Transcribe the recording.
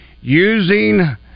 using